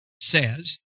says